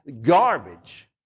garbage